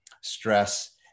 stress